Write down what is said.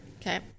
Okay